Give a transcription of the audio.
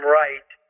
right